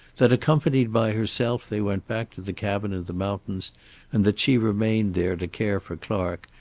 that accompanied by herself they went back to the cabin in the mountains and that she remained there to care for clark,